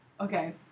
Okay